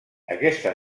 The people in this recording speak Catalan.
aquesta